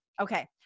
Okay